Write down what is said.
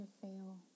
fail